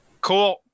Cool